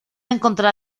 encontrar